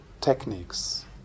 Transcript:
techniques